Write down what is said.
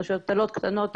רשויות קטנות,